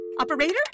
Operator